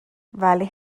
vale